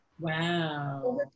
wow